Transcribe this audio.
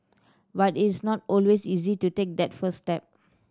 but it's not always easy to take that first step